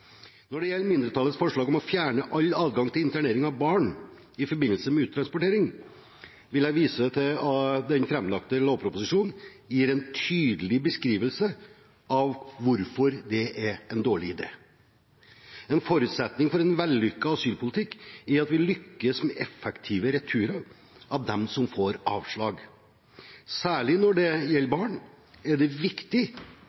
Når det gjelder mindretallets forslag om å fjerne all adgang til internering av barn i forbindelse med uttransportering, vil jeg vise til at den framlagte lovproposisjonen gir en tydelig beskrivelse av hvorfor det er en dårlig idé. En forutsetning for en vellykket asylpolitikk er at vi lykkes med effektive returer av dem som får avslag. Særlig når det gjelder